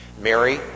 Mary